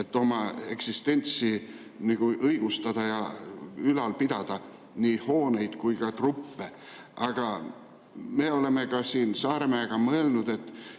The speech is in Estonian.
et oma eksistentsi õigustada ja ülal pidada nii hooneid kui ka truppe. Me oleme siin Saaremäega mõelnud, et